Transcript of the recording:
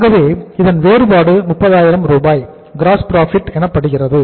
ஆகவே இதன் வேறுபாடு 30000 ரூபாய் கிராஸ் ப்ராஃபிட் எனப்படுகிறது